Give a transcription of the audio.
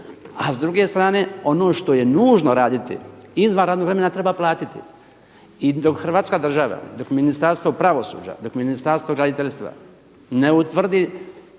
A s druge strane ono što je nužno raditi izvan radnog vremena treba platiti. I dok hrvatska država, dok Ministarstvo pravosuđa, dok Ministarstvo graditeljstva ne utvrdi